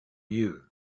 you